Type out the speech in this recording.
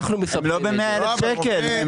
הם לא ב-100,000 שקל.